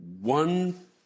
one